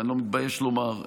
ואני לא מתבייש לומר,